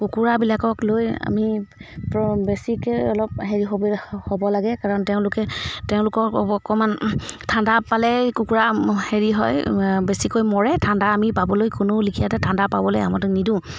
কুকুৰাবিলাকক লৈ আমি প বেছিকৈ অলপ হেৰি হ'ব হ'ব লাগে কাৰণ তেওঁলোকে তেওঁলোকক অকণমান ঠাণ্ডা পালে কুকুৰা হেৰি হয় বেছিকৈ মৰে ঠাণ্ডা আমি পাবলৈ কোনো লিখিয়তে ঠাণ্ডা পাবলৈ আমিতে নিদিওঁ